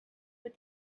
what